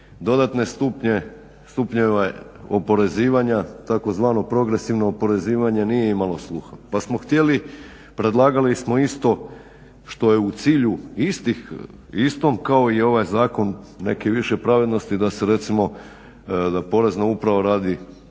dodatne stupnjeve oporezivanja tzv. progresivno oporezivanje. Nije bilo sluha. Pa smo htjeli, predlagali smo isto što je u cilju istom kao i ovaj zakon neke više pravednosti da recimo Porezna uprava radi